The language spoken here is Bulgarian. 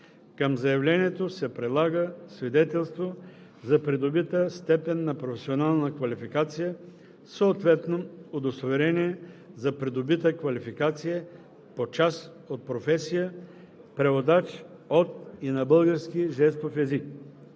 Към заявлението се прилага свидетелство за придобита степен на професионална квалификация, съответно удостоверение за придобита квалификация по част от професия „Преводач от и на български жестов език“.